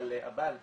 אבל הבנק